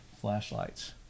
flashlights